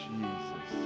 Jesus